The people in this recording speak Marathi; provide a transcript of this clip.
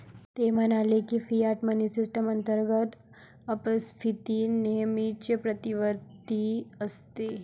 ते म्हणाले की, फियाट मनी सिस्टम अंतर्गत अपस्फीती नेहमीच प्रतिवर्ती असते